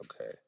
okay